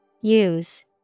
Use